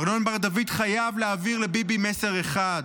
ארנון בר דוד חייב להעביר לביבי מסר אחד: